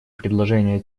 предложения